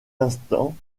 instants